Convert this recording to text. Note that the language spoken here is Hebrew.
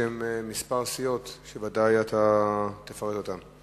בשם כמה סיעות שבוודאי תפרט אותן.